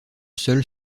seul